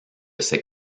ces